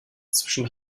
zwischen